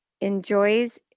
enjoys